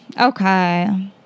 Okay